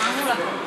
אנחנו כולנו.